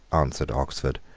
answered oxford,